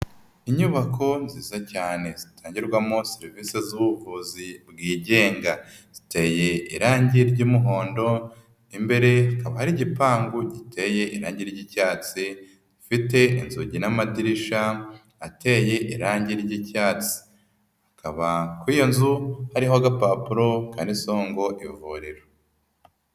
Inyubako nziza cyane zitangirwamo serivisi z'ubuvuzi bwigenga, ziteye irangi ry'umuhondo, imbere hakaba hari igipangu giteye irangi ry'icyatsi gifite inzugi n'amadirisha ateye irangi ry'icyatsi, hakaba kuri iyo nzu hariho agapapuro kanditseho ngo ivuriro.